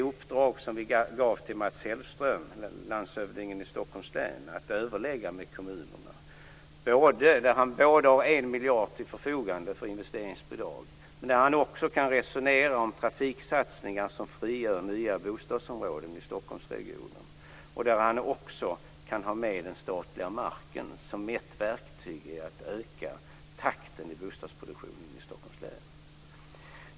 Nu senaste gav vi ett uppdrag till landshövdingen i Stockholms län, Mats Hellström. Han ska överlägga med kommunerna, och han har då 1 miljard till förfogande för att dela ut i investeringsbidrag. Han kan också resonera om trafiksatsningar som frigör nya bostadsområden i Stockholmsregionen. Dessutom kan han använda den statliga marken som ett verktyg för att öka takten i bostadsproduktionen i Stockholms län.